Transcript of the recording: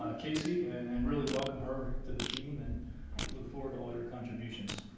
ah casey and and really welcome her to the team and look forward to all your contributions.